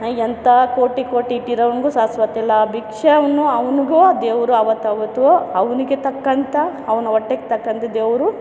ಎಂಥ ಕೋಟಿ ಕೋಟಿ ಇಟ್ಟಿರೋನಿಗೂ ಶಾಶ್ವತ ಇಲ್ಲ ಭಿಕ್ಷವ್ನು ಅವ್ನಿಗೂ ಆ ದೇವರು ಆವತ್ತು ಆವತ್ತಿಗೂ ಅವನಿಗೆ ತಕ್ಕಂಥ ಅವ್ನು ಹೊಟ್ಟೆಗೆ ತಕ್ಕಂಥ ದೇವರು